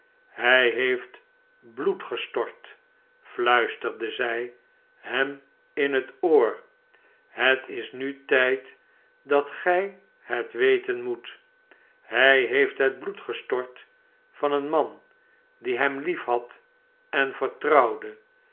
hij heeft biped gestort fluisterde zij hem in het oor het is nu tijd dat gij het weten moet hij heeft het bloed gestort van een man die hem liefhad en vertrouwde